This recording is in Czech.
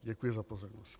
Děkuji za pozornost.